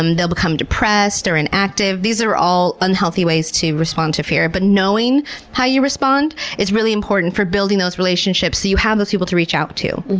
um they will become depressed or inactive. these are all unhealthy ways to respond to fear. but knowing how you respond is really important for building those relationships so you have the people to reach out to.